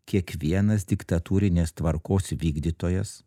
kiekvienas diktatūrinės tvarkos vykdytojas